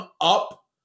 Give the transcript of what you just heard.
up